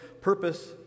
purpose